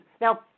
Now